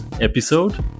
episode